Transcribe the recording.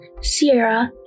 Sierra